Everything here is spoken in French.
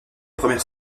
première